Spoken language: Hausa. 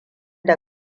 da